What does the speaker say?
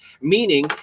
meaning